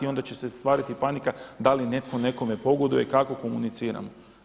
Onda će se stvarati panika da li netko nekome pogoduje, kako komuniciramo.